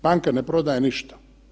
Banka ne prodaje ništa.